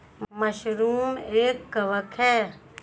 mushroom एक कवक है